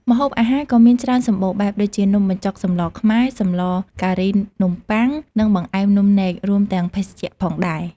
ម្ហូបអាហារក៏មានច្រើនសម្បូរបែប ដូចជា នំបញ្ចុកសម្លខ្មែរ សម្លការីនំបុ័ង និងបង្អែមនំនែក រួមទាំងភេសជ្ជៈផងដែរ។